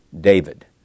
David